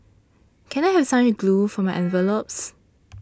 can I have some glue for my envelopes